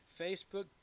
Facebook